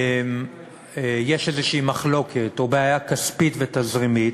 יש איזו מחלוקת או בעיה כספית ותזרימית,